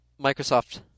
Microsoft